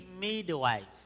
midwives